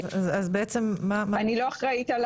אני לא אחראית על